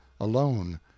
alone